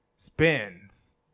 Spins